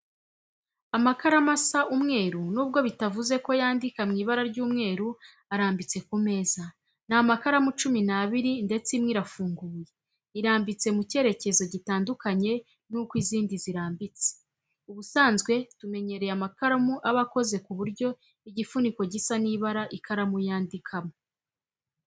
Amakaramu asa umweru nubwo bitavuze ko yandika mu ibara ry'umweru arambitse ku meza, ni amakaramu cumi n'abiri ndetse imwe irafunguye, irambitse mu cyerekezo gitandukanye n'uko izindi zirbitse. Ubusanzwe tumenyereye amakaramu aba akoze ku buryo igifuniko gisa n'ibara ikaramu yanfikamo.